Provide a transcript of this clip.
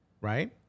right